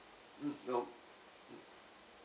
mm no